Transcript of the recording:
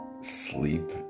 sleep